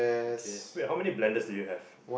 okay wait how many blenders do you have